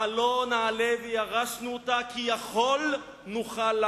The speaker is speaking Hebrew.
עלה נעלה וירשנו אותה כי יכול נוכל לה.